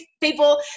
people